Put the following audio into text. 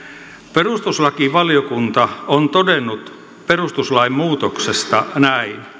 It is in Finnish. perustuslakivaliokunta on todennut perustuslain muutoksesta näin